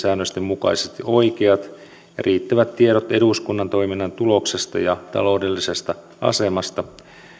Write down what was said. säännösten mukaisesti oikeat ja riittävät tiedot eduskunnan toiminnan tuloksesta ja taloudellisesta asemasta